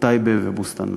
טייבה ובוסתאן-אלמרג'.